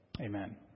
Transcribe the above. Amen